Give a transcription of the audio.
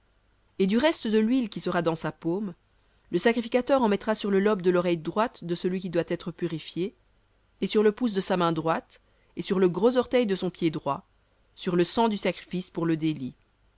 et du reste de l'huile qui sera dans sa paume le sacrificateur en mettra sur le lobe de l'oreille droite de celui qui doit être purifié et sur le pouce de sa main droite et sur le gros orteil de son pied droit sur le sang du sacrifice pour le délit